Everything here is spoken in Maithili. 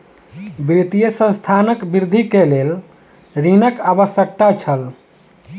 वित्तीय संस्थानक वृद्धि के लेल ऋणक आवश्यकता छल